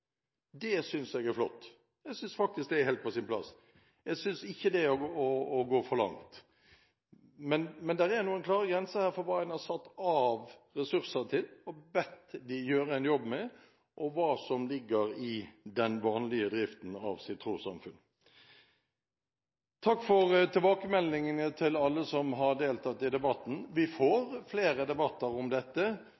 Det synes jeg er flott. Jeg synes faktisk det er helt på sin plass, og jeg synes ikke det er å gå for langt. Men det er noen klare grenser mellom hva man har satt av ressurser til, og bedt dem gjøre en jobb med, og hva som ligger i den vanlige driften av et trossamfunn. Takk for tilbakemeldingene til alle som har deltatt i debatten. Vi får